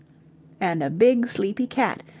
and a big, sleepy cat,